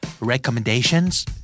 Recommendations